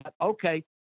Okay